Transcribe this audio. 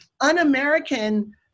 un-American